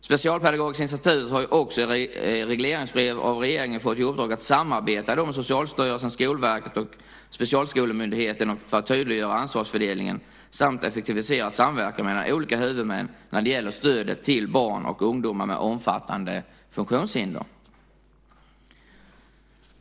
Specialpedagogiska institutet har ju också i regleringsbrev fått i uppdrag av regeringen att samarbeta med Socialstyrelsen, Skolverket och Specialskolemyndigheten för att tydliggöra ansvarsfördelningen samt effektivisera samverkan mellan olika huvudmän när det gäller stödet till barn och ungdomar med omfattande funktionshinder.